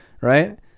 right